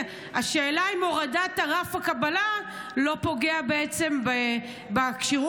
השאלה היא אם הורדת רף הקבלה לא פוגעת בעצם בכשירות,